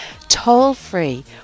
toll-free